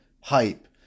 hype